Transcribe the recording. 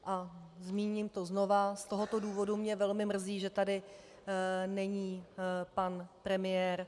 A zmíním to znova z tohoto důvodu mě velmi mrzí, že tady není pan premiér.